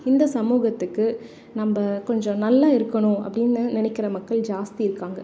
இந்த சமூகத்துக்கு நம்ம கொஞ்சம் நல்லா இருக்கணும் அப்படின்னு நினைக்கிற மக்கள் ஜாஸ்தி இருக்காங்க